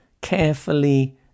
carefully